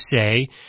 say